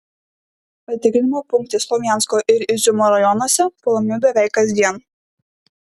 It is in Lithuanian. patikrinimo punktai slovjansko ir iziumo rajonuose puolami beveik kasdien